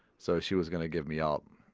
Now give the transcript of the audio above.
so she was going to give me up.